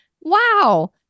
Wow